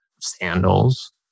sandals